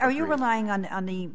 if you're relying on on the